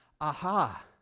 aha